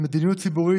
1. מדיניות ציבורית,